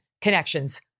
connections